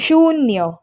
शून्य